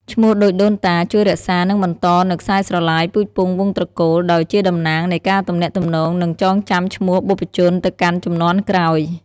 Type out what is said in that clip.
ឈ្មោះដូចដូនតា ជួយរក្សា និងបន្តនូវខ្សែស្រឡាយពូជពង្សវង្សត្រកូល ដោយជាតំណាងនៃការទំនាក់ទំនង និងចងចាំឈ្មោះបុព្វជនទៅកាន់ជំនាន់ក្រោយ។